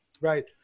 right